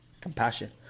compassion